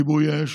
כיבוי אש,